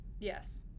yes